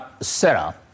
Sarah